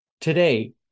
Today